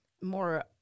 more